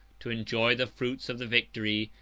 to enjoy the fruits of the victory,